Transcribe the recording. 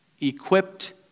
equipped